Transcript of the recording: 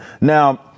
Now